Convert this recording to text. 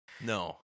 No